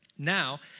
Now